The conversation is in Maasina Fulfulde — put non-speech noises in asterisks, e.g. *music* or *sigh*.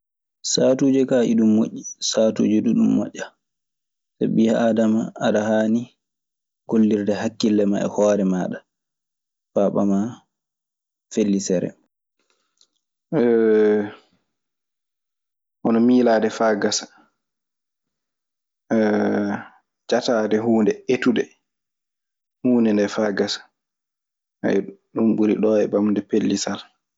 Saatuuji kaa iɗun moƴƴi, saatuuji duu ɗun moƴƴa. Sabi ɓii aadama aɗa haani gollirde hakkile maa e hoore maaɗa faa ɓamaa fellisere. *hesitation* Hono miilaade faa gasa, *hesitation* jataade huunde, etude huunde ndee faa gasa. *hesitation* ɗun ɓuri ɗoo e ɓamde pellisal.